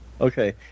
Okay